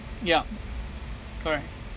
ya correct